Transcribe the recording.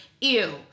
Ew